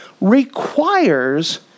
requires